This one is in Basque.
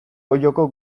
olloko